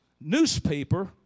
newspaper